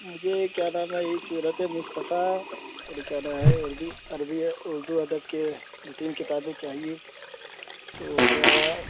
مجھے کیا نام ہے یہ سیرت مصطفیٰ اور کیا نام ہے اور بھی عربی اردو ادب کے دو تین کتابیں چاہیے تو کیا